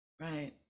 Right